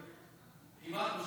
אופיר, מה היית רוצה